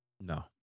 No